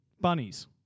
Bunnies